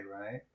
right